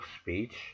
speech